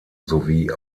sowie